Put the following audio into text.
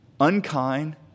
unkind